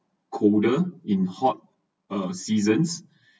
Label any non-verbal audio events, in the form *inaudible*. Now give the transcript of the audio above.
colder in hot uh seasons *breath*